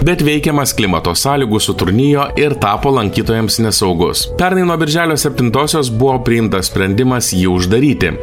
bet veikiamas klimato sąlygų sutrūnijo ir tapo lankytojams nesaugus pernai nuo birželio septintosios buvo priimtas sprendimas jį uždaryti